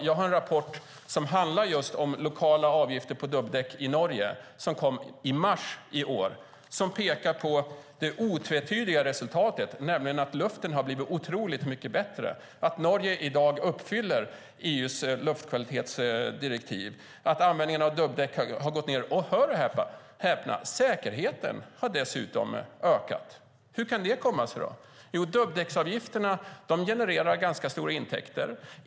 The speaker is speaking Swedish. Jag har en rapport som handlar just om lokala avgifter på dubbdäck i Norge, som kom i mars i år och som pekar på det otvetydiga resultatet. Luften har blivit otroligt mycket bättre. Norge uppfyller i dag EU:s luftkvalitetsdirektiv. Användningen av dubbdäck har gått ned. Och - hör och häpna - säkerheten har dessutom ökat. Hur kan det komma sig? Jo, dubbdäcksavgifterna genererar ganska stora intäkter.